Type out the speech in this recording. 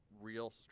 real